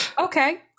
okay